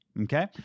okay